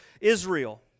Israel